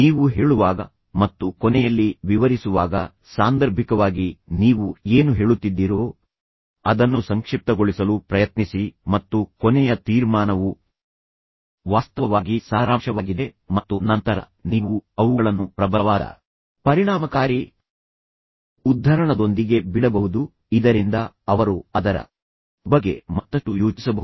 ನೀವು ಹೇಳುವಾಗ ಮತ್ತು ಕೊನೆಯಲ್ಲಿ ವಿವರಿಸುವಾಗ ಸಾಂದರ್ಭಿಕವಾಗಿ ನೀವು ಏನು ಹೇಳುತ್ತಿದ್ದೀರೋ ಅದನ್ನು ಸಂಕ್ಷಿಪ್ತಗೊಳಿಸಲು ಪ್ರಯತ್ನಿಸಿ ಮತ್ತು ಕೊನೆಯ ತೀರ್ಮಾನವು ವಾಸ್ತವವಾಗಿ ಸಾರಾಂಶವಾಗಿದೆ ಮತ್ತು ನಂತರ ನೀವು ಅವುಗಳನ್ನು ಪ್ರಬಲವಾದ ಪರಿಣಾಮಕಾರಿ ಉದ್ಧರಣದೊಂದಿಗೆ ಬಿಡಬಹುದು ಇದರಿಂದ ಅವರು ಅದರ ಬಗ್ಗೆ ಮತ್ತಷ್ಟು ಯೋಚಿಸಬಹುದು